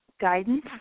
Guidance